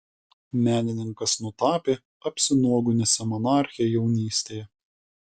menininkas nutapė apsinuoginusią monarchę jaunystėje